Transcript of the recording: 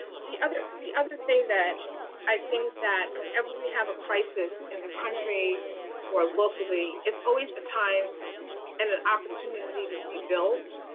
the other the other thing that i think that and whenever we have a crisis in the country or locally, it's always a time and an opportunity to rebuild.